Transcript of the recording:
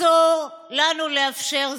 אסור לנו לאפשר זאת.